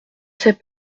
sais